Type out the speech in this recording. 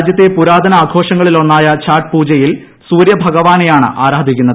രാജ്യത്തെ പുരാതന ആഘോഷങ്ങളിലൊന്നായ ഛാട്ട് പൂജയിൽ സൂര്യഭഗവാനെയാണ് ആരാധിക്കുന്നത്